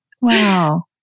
Wow